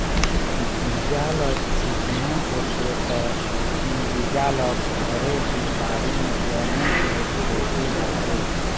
बीजा ल छिचना होथे त थोकिन बीजा ल घरे के बाड़ी म जमो के देखे जाथे